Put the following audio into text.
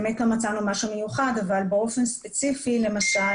לא מצאנו משהו מיוחד אבל באופן ספציפי למשל